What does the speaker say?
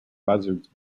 buzzards